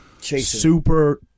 super